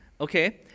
okay